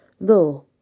though